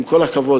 עם כל הכבוד,